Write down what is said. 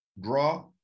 draw